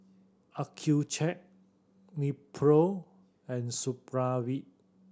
Accucheck Nepro and Supravit